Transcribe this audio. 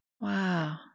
Wow